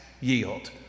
yield